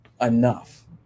enough